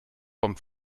vom